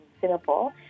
Singapore